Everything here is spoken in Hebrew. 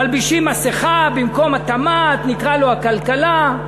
מלבישים מסכה, במקום התמ"ת נקרא לו "הכלכלה",